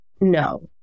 no